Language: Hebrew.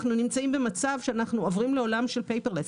אנו נמצאים במצב שעוברים למצב של פייפר לס.